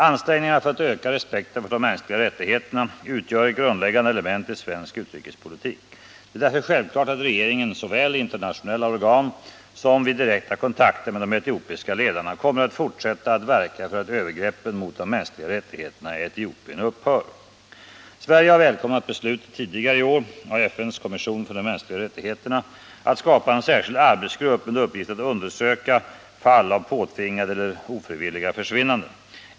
Ansträngningarna för att öka respekten för de mänskli ga rättigheterna utgör ett grundläggande element i svensk utrikespolitik. Det är därför självklart att regeringen såväl i internationella organ som vid direkta kontakter med de etiopiska ledarna kommer att fortsätta att verka för att Sverige har välkomnat beslutet tidigare i år av FN:s kommission för de mänskliga rättigheterna att skapa en särskild arbetsgrupp med uppgift att undersöka fall av påtvingade eller ofrivilliga försvinnanden.